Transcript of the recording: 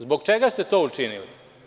Zbog čega ste to učinili?